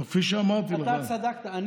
אבל כפי שאמרתי לך, צדקתי, נכון?